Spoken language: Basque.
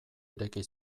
ireki